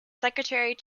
secretary